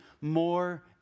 more